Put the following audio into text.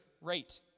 rate